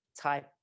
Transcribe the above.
type